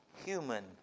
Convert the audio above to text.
Human